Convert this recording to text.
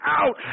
out